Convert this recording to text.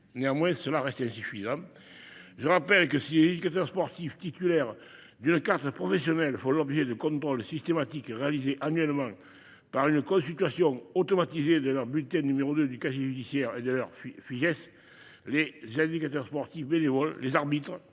Néanmoins, cela reste insuffisant. Je rappelle que si éducateur sportif titulaire d'une carte professionnelle font l'objet de contrôles systématiques réalisées annuellement par une consultation automatisé de leur butin, numéro 2 du quasi judiciaire et de leur fille fût Yes les j'indicateurs sportif bénévole. Les arbitres